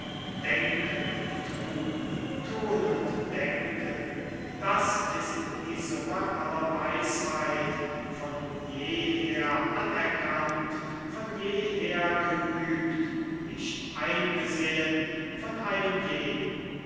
denken und tun tun und denken das ist die summe aller weisheit von jeher anerkannt von jeher geübt nicht eingesehen von einem jeden